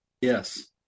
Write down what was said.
Yes